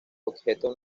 objetos